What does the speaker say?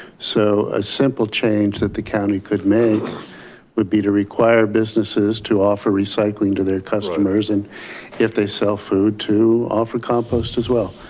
so a simple change that the county could make would be to require businesses to offer recycling to their customers and if they sell food to offer compost as well.